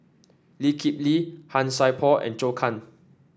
Lee Kip Lee Han Sai Por and Zhou Can